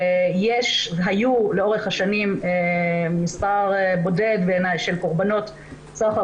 לאורך השנים היו מספר בודד של קורבנות סחר